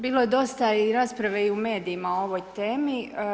Bilo je dosta rasprave i u medijima o ovoj temi.